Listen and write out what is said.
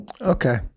Okay